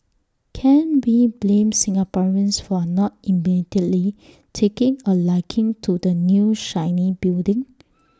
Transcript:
can we blame Singaporeans for not immediately taking A liking to the new shiny building